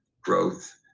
growth